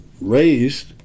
raised